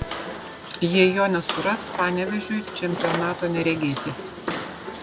jei jo nesuras panevėžiui čempionato neregėti